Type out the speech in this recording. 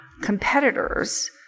competitors